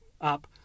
up